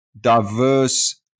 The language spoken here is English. diverse